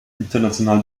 international